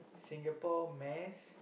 Singapore mass